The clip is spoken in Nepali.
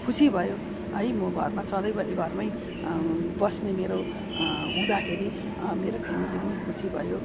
खुसी भयो है म घरमा सँधैभरि घरमै बस्ने मेरो हुँदाखेरि मेरो फेमेली पनि खुसी भयो